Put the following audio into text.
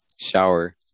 shower